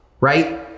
right